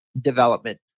development